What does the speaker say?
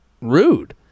rude